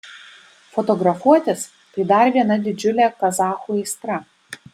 fotografuotis tai dar viena didžiulė kazachų aistra